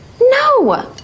no